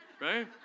Right